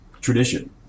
tradition